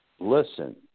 Listen